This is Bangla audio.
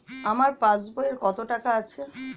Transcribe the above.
আমার পাস বইয়ে কত টাকা আছে?